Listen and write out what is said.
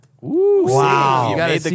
Wow